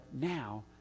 now